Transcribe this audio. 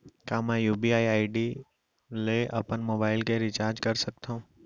का मैं यू.पी.आई ले अपन मोबाइल के रिचार्ज कर सकथव?